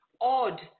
odd